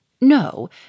No